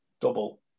double